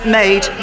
made